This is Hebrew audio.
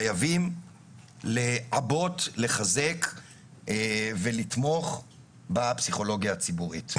חייבים לעבות, לחזק ולתמוך בפסיכולוגיה הציבורית.